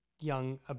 young